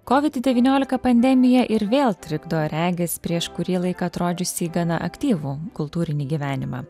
kovid devyniolika pandemija ir vėl trikdo regis prieš kurį laiką atrodžiusį gana aktyvų kultūrinį gyvenimą